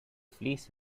fleece